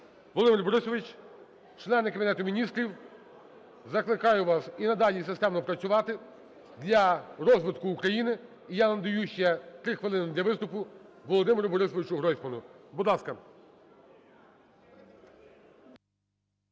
Володимир Борисович, члени Кабінету Міністрів, закликаю вас і надалі системно працювати для розвитку України. І я надаю ще 3 хвилини для виступу Володимиру Борисовичу Гройсману. Будь ласка.